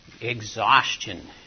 exhaustion